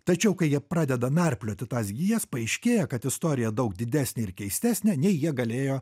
tačiau kai jie pradeda narplioti tas gijas paaiškėja kad istorija daug didesnė ir keistesnė nei jie galėjo